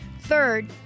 Third